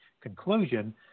Conclusion